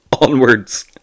onwards